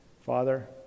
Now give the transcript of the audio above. Father